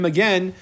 Again